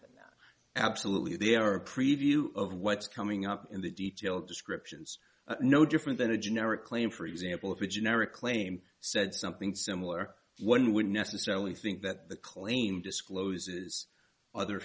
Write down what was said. than absolutely they are a preview of what's coming up in the detail descriptions no different than a generic claim for example of a generic claim said something similar one would necessarily think that the claim discloses other